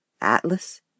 Atlas